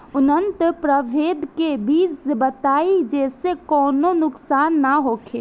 उन्नत प्रभेद के बीज बताई जेसे कौनो नुकसान न होखे?